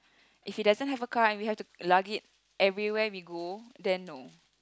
if he doesn't have a car and we have to lug it everywhere we go then no